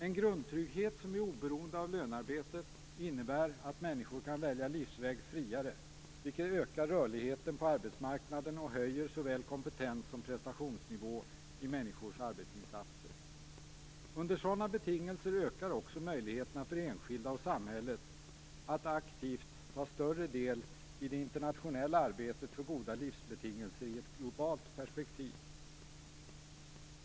En grundtrygghet som är oberoende av lönearbete innebär att människor kan välja livsväg friare, vilket ökar rörligheten på arbetsmarknaden och höjer såväl kompetens som prestationsnivå i människors arbetsinsatser. Under sådana betingelser ökar också möjligheterna för enskilda och samhället att aktivt ta större del i det internationella arbetet för goda livsbetingelser i ett globalt perspektiv.